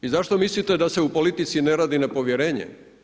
I zašto mislite da se u politici ne radi na povjerenje?